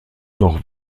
noch